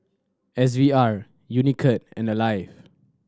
S V R Unicurd and Alive